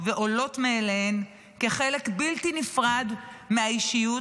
ועולות מאליהן כחלק בלתי נפרד מהאישיות,